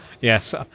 yes